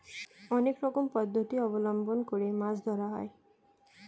অনেক রকম পদ্ধতি অবলম্বন করে মাছ ধরা হয়